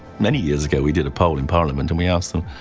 many years ago, we did a poll in parliament and we asked them,